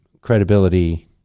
credibility